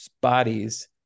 bodies